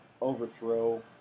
overthrow